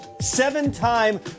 seven-time